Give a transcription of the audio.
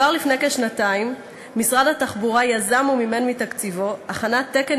כבר לפני כשנתיים יזם משרד התחבורה ומימן מתקציבו הכנת תקן